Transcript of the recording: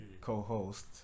co-host